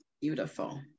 Beautiful